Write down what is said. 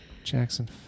jackson